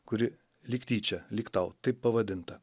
kuri lyg tyčia lyg tau taip pavadinta